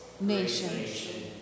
nation